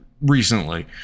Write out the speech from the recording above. recently